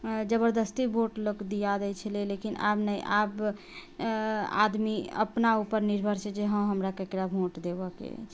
जबरदस्ती लोक वोट दिया दै छलैहँ लेकिन आब नहि आब आदमी अपना उपर निर्भर छै जे हँ हमरा ककरा वोट देबऽके अछि